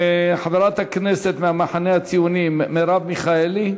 חברת הכנסת מהמחנה הציוני, מרב מיכאלי,